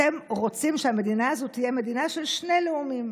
אתם רוצים שהמדינה הזאת תהיה מדינה של שני לאומים.